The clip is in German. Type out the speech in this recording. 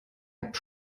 app